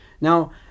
Now